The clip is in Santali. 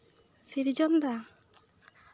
ᱥᱤᱨᱡᱚᱱ ᱫᱟ